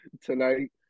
tonight